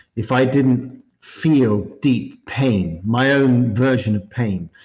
if i didn't feel deep pain, my own version of pain,